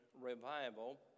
revival